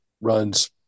runs